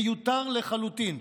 זה מיותר לחלוטין.